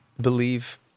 believe